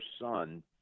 son